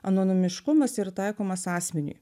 anonamiškumas yra taikomas asmeniui